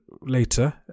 later